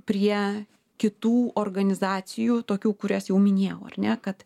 prie kitų organizacijų tokių kurias jau minėjau ar ne kad